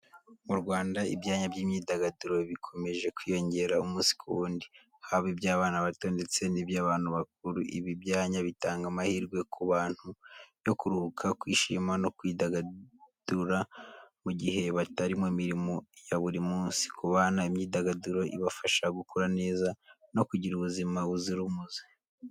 Mu Rwanda, ibyanya by’imyidagaduro bikomeje kwiyongera umunsi ku wundi, haba iby’abana bato ndetse n’iby’abantu bakuru. Ibi byanya bitanga amahirwe ku bantu yo kuruhuka, kwishima no kwidagadura mu gihe batari mu mirimo ya buri munsi. Ku bana, imyidagaduro ibafasha gukura neza no kugira ubuzima buzira umuze.